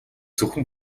зөвхөн